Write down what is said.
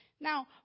Now